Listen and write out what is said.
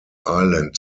island